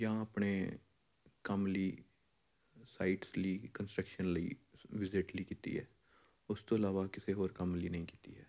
ਜਾਂ ਆਪਣੇ ਕੰਮ ਲਈ ਸਾਈਟਸ ਲਈ ਕੰਸਟ੍ਰਕਸ਼ਨ ਲਈ ਵੀਜੇਟ ਲਈ ਕੀਤੀ ਹੈ ਉਸ ਤੋਂ ਇਲਾਵਾ ਕਿਸੇ ਹੋਰ ਕੰਮ ਲਈ ਨਹੀਂ ਕੀਤੀ ਹੈ